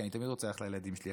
כי אני תמיד רוצה ללכת לילדים שלי,